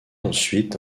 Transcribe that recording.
ensuite